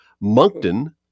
Moncton